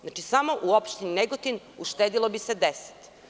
Znači, samo u opštini Negotin uštedelo bi se 10.